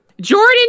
Jordan